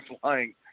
flying